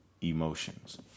emotions